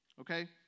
Okay